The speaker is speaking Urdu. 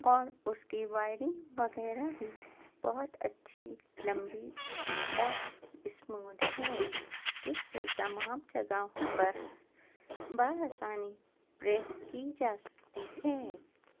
اور اس کی وائرنگ وغیرہ بھی بہت اچھی لمبی اور اسموتھ ہے جس سے تمام جگہوں پر بآسانی پریس کی جا سکتی ہے